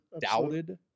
doubted